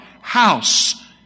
House